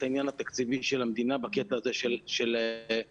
העניין התקציבי של המדינה בקטע הזה של המוסיקה,